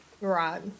Right